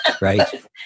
Right